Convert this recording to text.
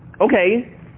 Okay